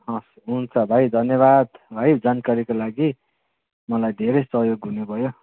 हवस् हुन्छ भाइ धन्यवाद है जानकारीको लागि मलाई धेरै सहयोग हुने भयो